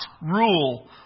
rule